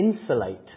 insulate